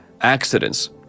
accidents